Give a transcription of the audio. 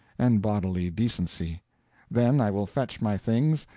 and bodily decency then i will fetch my things,